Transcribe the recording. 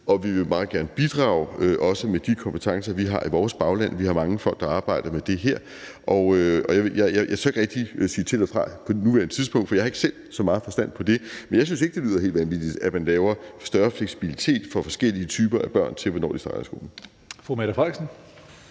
og vi vil meget gerne bidrage, også med de kompetencer, vi har i vores bagland; vi har mange folk, der arbejder med det her. Jeg tør ikke rigtig sige til eller fra på nuværende tidspunkt, for jeg har ikke selv så meget forstand på det, men jeg synes ikke, det lyder helt vanvittigt, at man skaber større fleksibilitet for forskellige typer af børn, i forhold til hvornår